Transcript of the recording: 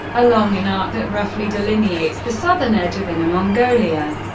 along an arc that roughly delineates the southern edge of inner mongolia.